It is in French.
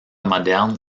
moderne